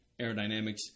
aerodynamics